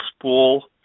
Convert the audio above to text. spool